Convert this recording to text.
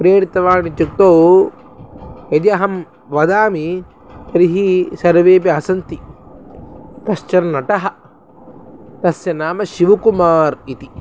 प्रेरितवान् इत्युक्तौ यदि अहं वदामि तर्हि सर्वेपि हसन्ति कश्चन्नटः तस्य नाम शिव्कुमारः इति